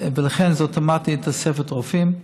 וזה אוטומטי, תוספת רופאים.